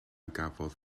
gafodd